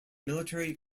military